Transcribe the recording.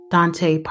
Dante